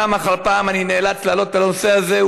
פעם אחר פעם אני נאלץ להעלות את הנושא הזה,